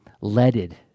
leaded